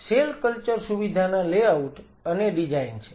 cell culture સુવિધાના layout અને design છે